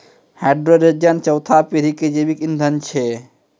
hydrogen चौथा पीढ़ी के जैविक ईंधन छै